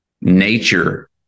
nature